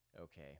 okay